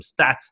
stats